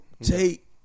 take